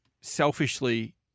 selfishly –